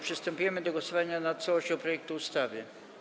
Przystępujemy do głosowania nad całością projektu ustawy.